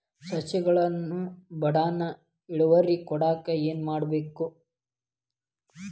ಸಸ್ಯಗಳು ಬಡಾನ್ ಇಳುವರಿ ಕೊಡಾಕ್ ಏನು ಮಾಡ್ಬೇಕ್?